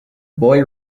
boy